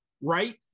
right